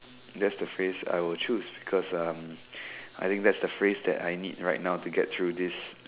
that's the phrase I will choose because um I think that's the phrase I need right now to get through this